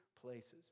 places